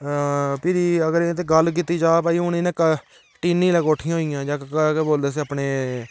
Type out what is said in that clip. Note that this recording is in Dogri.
फिरी अगर एह् ते गल्ल कीती जा भाई हून इनें टीनी लै कोठियां हो गेइयां जां केह् बोलदे अपने